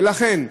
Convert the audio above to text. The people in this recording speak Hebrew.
ולכן,